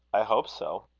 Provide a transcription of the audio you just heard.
i hope so.